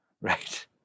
Right